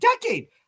decade